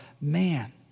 Man